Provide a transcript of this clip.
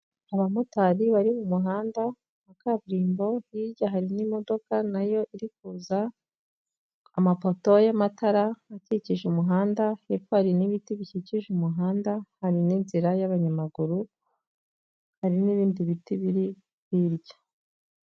Abamotari bari mu muhanda wa kaburimbo, hirya hari n'imodoka nayo iri kuzaza, amapoto y'amatara akikije umuhanda hepfo hari n'ibiti bikikije umuhanda, hari n'inzira y'abanyamaguru, hari n'ibindi biti biri hirya.